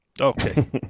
Okay